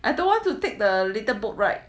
I don't want to take the little boat ride